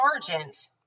sergeant